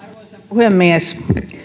puhemies